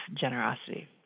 generosity